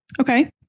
Okay